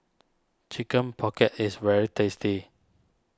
Chicken Pocket is very tasty